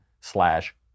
slash